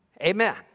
Amen